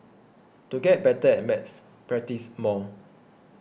to get better at maths practise more